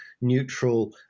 neutral